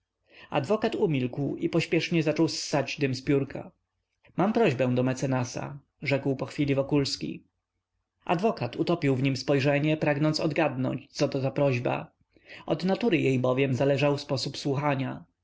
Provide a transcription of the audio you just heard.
adwokat umilkł i pośpiesznie zaczął ssać dym z piórka mam prośbę do mecenasa rzekł po chwili wokulski adwokat utopił w nim spojrzenie pragnąc odgadnąć coto za prośba od natury jej bowiem zależał sposób słuchania